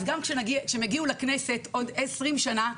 אז כשהם יגיעו לכנסת בעוד עשרים שנה,